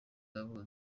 yavutse